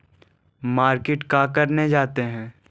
Market का करने जाते हैं?